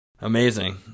amazing